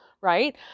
right